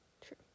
True